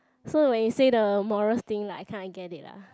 so when you say the morest thing like I kinda get it lah